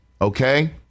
Okay